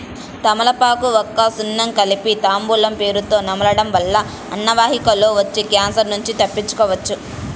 తమలపాకు, వక్క, సున్నం కలిపి తాంబూలం పేరుతొ నమలడం వల్ల అన్నవాహికలో వచ్చే క్యాన్సర్ నుంచి తప్పించుకోవచ్చు